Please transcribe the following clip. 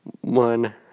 one